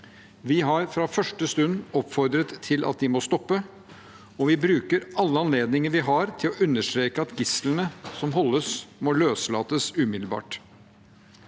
Vi har fra første stund oppfordret til at de må stoppe, og vi bruker alle anledninger vi har, til å understreke at gislene som holdes, må løslates umiddelbart.